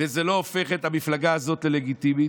וזה לא הופך את המפלגה הזאת ללגיטימית,